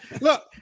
look